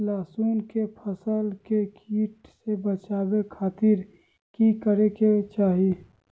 लहसुन के फसल के कीट से बचावे खातिर की करे के चाही?